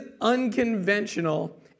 unconventional